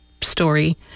story